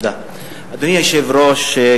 אדוני היושב-ראש,